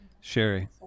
Sherry